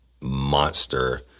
monster